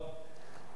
כדי לפתור,